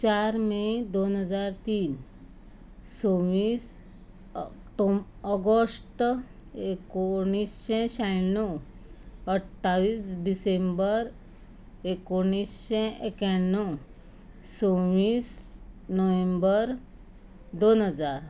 चार मे दोन हजार तीन सव्वीस अ अक्टो ऑगश्ट एकुणीशें शाण्णव अठ्ठावीस डिसेंबर एकुणीशें एक्याण्णव सव्वीस नोव्हेंबर दोन हजार